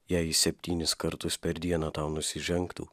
jei jis septynis kartus per dieną tau nusižengtų